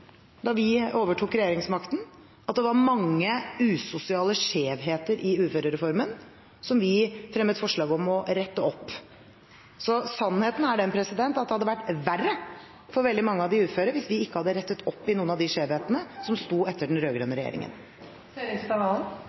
da vi overtok regjeringsmakten, at det var mange usosiale skjevheter i uførereformen, som vi fremmet forslag om å rette opp. Så sannheten er at det hadde vært verre for veldig mange av de uføre hvis vi ikke hadde rettet opp i noen av de skjevhetene som sto igjen etter den